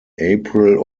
april